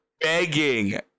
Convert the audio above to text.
begging